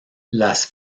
las